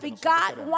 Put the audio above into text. God